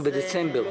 אנחנו בדצמבר.